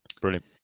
Brilliant